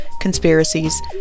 conspiracies